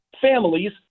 families